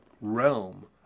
realm